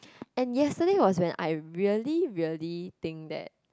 and yesterday was when I really really think that